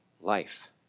life